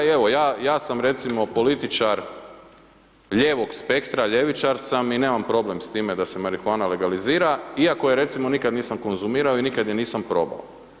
I evo ja sam recimo političar lijevog spektra, ljevičar sam i nemam problem s time da se marihuana legalizira iako je recimo nikad nisam konzumirao i nikada je nisam probao.